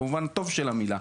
במובן הטוב של המילה.